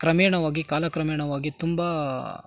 ಕ್ರಮೇಣವಾಗಿ ಕಾಲಕ್ರಮೇಣವಾಗಿ ತುಂಬ